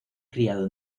criado